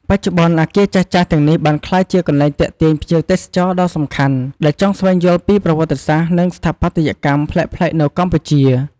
បច្ចុប្បន្ន អគារចាស់ៗទាំងនេះបានក្លាយជាកន្លែងទាក់ទាញភ្ញៀវទេសចរដ៏សំខាន់ ដែលចង់ស្វែងយល់ពីប្រវត្តិសាស្ត្រ និងស្ថាបត្យកម្មប្លែកៗនៅកម្ពុជា។